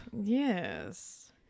Yes